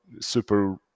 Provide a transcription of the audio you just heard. super